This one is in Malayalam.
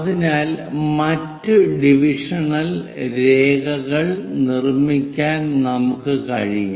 അതിനാൽ മറ്റ് ഡിവിഷണൽ രേഖകൾ നിർമ്മിക്കാൻ നമുക്ക് കഴിയും